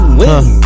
win